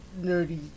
nerdy